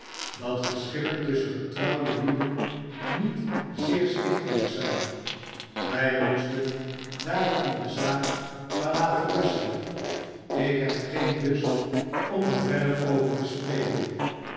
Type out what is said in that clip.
dat geschillen tusschen getrouwde lieden niet zeer stichtelijk zijn wij moesten daarom de zaak maar laten rusten ik heb geen lust om er verder over te spreken